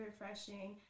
refreshing